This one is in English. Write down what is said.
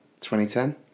2010